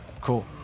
Cool